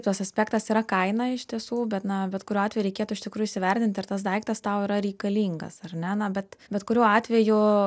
tas aspektas yra kaina iš tiesų bet na bet kuriuo atveju reikėtų iš tikrųjų įsivertinti ar tas daiktas tau yra reikalingas ar ne na bet bet kuriuo atveju